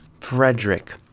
frederick